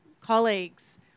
colleagues